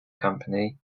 company